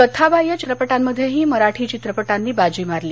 कथाबाह्य चित्रपटांमध्येही मराठी चित्रपटांनी बाजी मारली